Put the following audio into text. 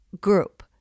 Group